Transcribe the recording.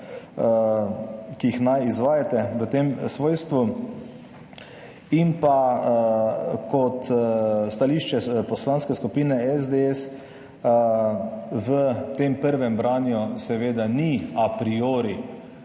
ki jih naj izvajate v tem svojstvu. In pa kot stališče Poslanske skupine SDS v tem prvem branju seveda ni a priori